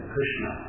Krishna